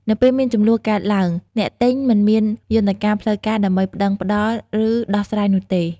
នៅពេលមានជម្លោះកើតឡើង អ្នកទិញមិនមានយន្តការផ្លូវការដើម្បីប្ដឹងផ្ដល់ឬដោះស្រាយនោះទេ។